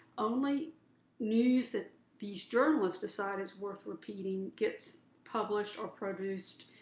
only news that these journalists decide is worth repeating, gets published, or produced,